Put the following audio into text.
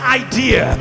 idea